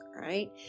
right